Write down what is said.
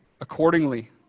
accordingly